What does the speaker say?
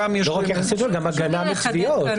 לא רק יחסים טובים, גם הגנה מתביעות.